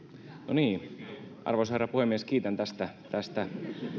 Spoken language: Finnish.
niin arvoisa herra puhemies kiitän tästä tästä